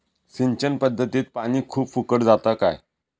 सिंचन पध्दतीत पानी खूप फुकट जाता काय?